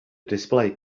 display